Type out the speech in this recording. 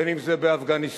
בין שזה באפגניסטן,